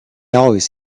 always